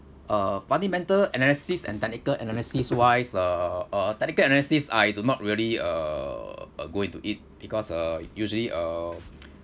uh fundamental analysis and technical analysis wise uh uh technical analysis I do not really uh uh go into it because uh usually uh